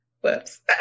Whoops